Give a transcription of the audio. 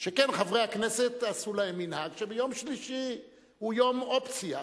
שכן חברי הכנסת עשו להם מנהג שיום שלישי הוא יום אופציה,